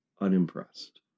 unimpressed